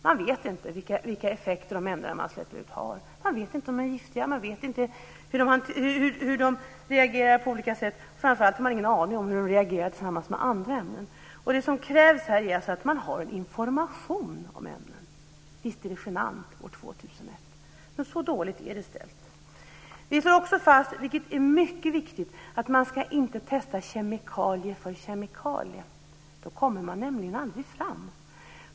Man vet inte vilka effekter de ämnen som man släpper ut har. Man vet inte om det är giftiga, man vet inte hur de reagerar på olika sätt och framför allt har man ingen aning om hur de reagerar tillsammans med andra ämnen. Det som krävs här är alltså att man har en information om ämnen. Visst är detta genant år 2001! Men så dåligt är det ställt. Vi slår också fast - vilket är mycket viktigt - att man inte ska testa kemikalie för kemikalie. Då kommer man nämligen aldrig fram.